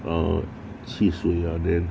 uh 汽水啊 then